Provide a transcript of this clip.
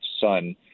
son